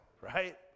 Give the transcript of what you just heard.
Right